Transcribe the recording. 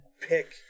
pick